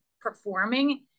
performing